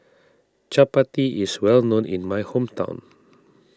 Chappati is well known in my hometown